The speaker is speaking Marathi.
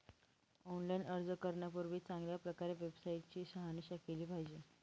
ऑनलाइन अर्ज करण्यापूर्वी चांगल्या प्रकारे वेबसाईट ची शहानिशा केली पाहिजे